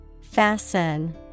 Fasten